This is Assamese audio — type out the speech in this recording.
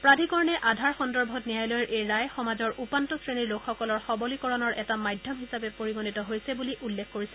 প্ৰাধিকৰণে আধাৰ সন্দৰ্ভত ন্যায়ালয়ৰ এই ৰায় সমাজৰ দুৰ্বল শ্ৰেণীৰ লোকসকলৰ সবলীকৰণৰ এটা মাধ্যম হিচাপে পৰিগণিত হৈছে বুলি উল্লেখ কৰিছে